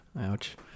Ouch